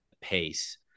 pace